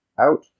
out